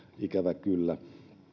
ikävä kyllä